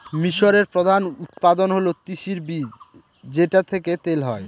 মিশরের প্রধান উৎপাদন হল তিসির বীজ যেটা থেকে তেল হয়